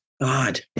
God